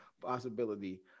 possibility